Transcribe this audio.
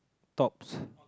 tops